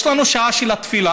יש לנו שעה של התפילה,